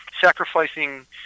sacrificing